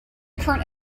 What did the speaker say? current